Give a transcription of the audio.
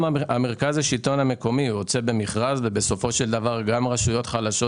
המרכז לשלטון המקומי יוצא במכרז וגם הרשויות החלשות